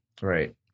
right